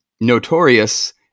notorious